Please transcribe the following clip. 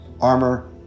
armor